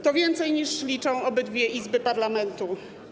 To więcej, niż liczą obydwie Izby parlamentu.